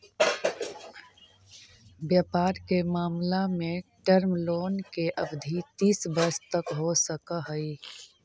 व्यापार के मामला में टर्म लोन के अवधि तीस वर्ष तक हो सकऽ हई